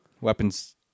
weapons